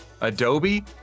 Adobe